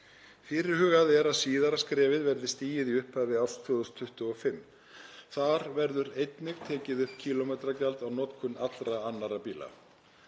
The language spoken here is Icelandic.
Fyrirhugað er að síðara skrefið verði stigið í upphafi árs 2025. Þar verður einnig tekið upp kílómetragjald á notkun allra annarra bíla.